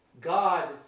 God